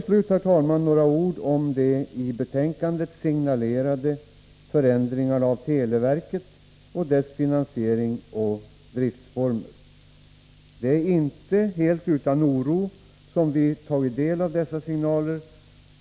Slutligen några ord, herr talman, om de i betänkandet signalerade förändringarna av televerket och dess finansiering och driftsformer. Det är inte helt utan oro vi tagit del av dessa signaler.